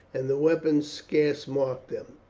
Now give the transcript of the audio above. and the weapons scarce marked them.